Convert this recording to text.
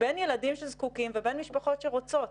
בין ילדים שזקוקים ובין משפחות שרוצות.